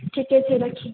ठीके छै रखथिन